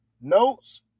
notes